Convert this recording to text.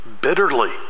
bitterly